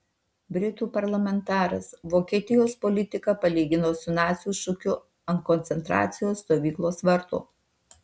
britų parlamentaras vokietijos politiką palygino su nacių šūkiu ant koncentracijos stovyklos vartų